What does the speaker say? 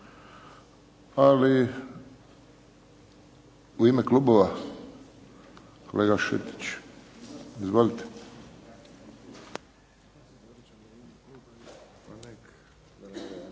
Ali u ime klubova? Kolega Šetić, izvolite.